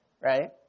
right